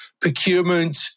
procurement